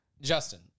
Justin